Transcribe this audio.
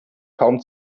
kaum